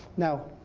now,